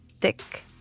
thick